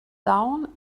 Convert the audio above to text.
down